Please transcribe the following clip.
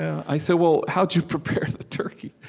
i said, well, how'd you prepare the turkey?